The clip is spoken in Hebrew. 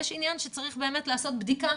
יש עניין שצריך באמת לעשות בדיקה,